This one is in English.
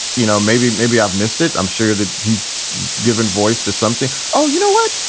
you know, maybe maybe i've missed it. i'm sure that he's given voice to something. oh, you know what?